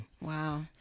Wow